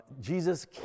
jesus